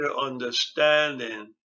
understanding